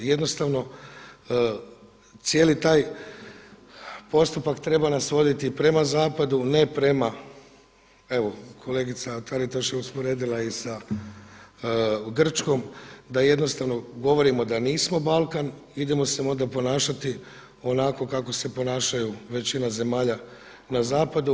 Jednostavno cijeli taj postupak treba nas voditi prema zapadu, ne prema evo kolegica Taritaš je usporedila i sa Grčkom da jednostavno govorimo da nismo Balkan, idemo se onda ponašati onako kako se ponašaju većina zemalja na zapadu.